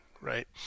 Right